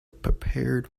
prepared